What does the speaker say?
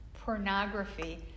pornography